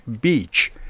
Beach